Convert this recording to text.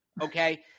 okay